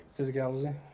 Physicality